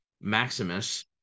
Maximus